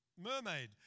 Mermaid